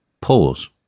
Pause